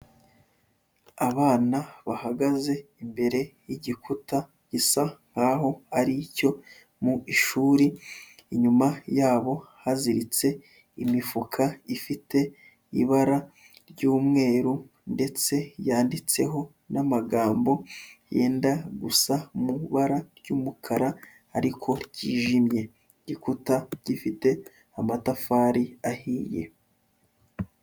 Abana bahagaze imbere yigikuta gisa nkaho ari cyo mu ishuri, inyuma yabo haziritse imifuka ifite ibara ry'mweru ndetse yanditseho n'amagambo yenda gusa mu ibara ry'umukara ariko kijimye, igikuta gifite amatafari ahiye.